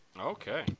Okay